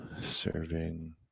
serving